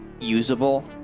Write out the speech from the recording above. usable